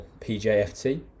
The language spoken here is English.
pjft